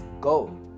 go